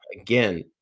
again